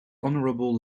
honorable